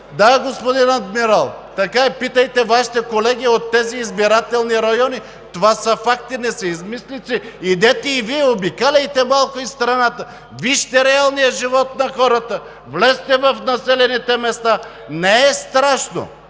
Да, господин Адмирал, така е. Питайте Вашите колеги от тези избирателни райони. Това са факти. Не са измислици. Идете и Вие, обикаляйте малко из страната. Вижте реалния живот на хората. Влезте в населените места. Не е страшно.